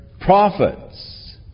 prophets